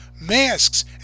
masks